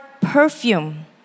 perfume